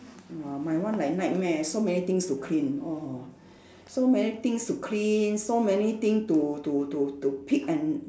!wah! my one like nightmare so many things to clean ah so many things to clean so many things to to to to pick and